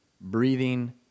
breathing